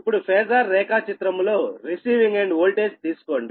ఇప్పుడు ఫేజార్ రేఖా చిత్రము లో రిసీవింగ్ ఎండ్ వోల్టేజ్ తీసుకోండి